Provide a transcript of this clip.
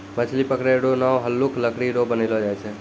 मछली पकड़ै रो नांव हल्लुक लकड़ी रो बनैलो जाय छै